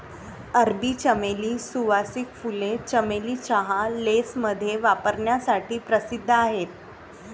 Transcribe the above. अरबी चमेली, सुवासिक फुले, चमेली चहा, लेसमध्ये वापरण्यासाठी प्रसिद्ध आहेत